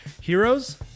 Heroes